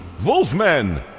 Wolfman